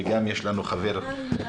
וגם יש לנו חבר יקר,